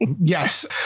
Yes